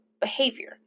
behavior